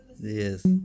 Yes